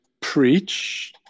preach